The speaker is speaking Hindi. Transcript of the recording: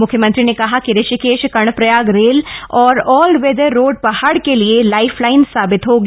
मुख्यमंत्री ने कहा कि ऋषिकेश कर्णप्रयाग रेल और ऑलवेदर रोड पहाड़ के लिए लाइफ लाइन साबित होगी